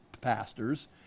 pastors